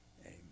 Amen